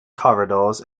corridors